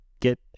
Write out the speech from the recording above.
get